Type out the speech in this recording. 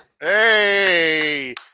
Hey